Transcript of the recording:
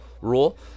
rule